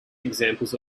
examples